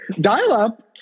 dial-up